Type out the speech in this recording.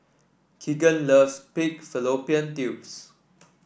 Kegan loves Pig Fallopian Tubes